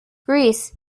greece